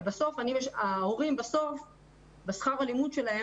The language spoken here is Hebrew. ובסוף בשכר הלימוד שההורים